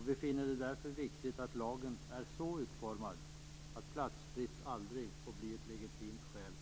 Vi finner det därför viktigt att lagen är så utformad att platsbrist aldrig får bli ett legitimt skäl